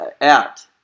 out